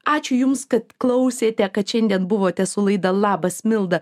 ačiū jums kad klausėte kad šiandien buvote su laida labas milda